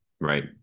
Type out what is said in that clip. Right